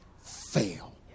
fail